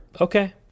Okay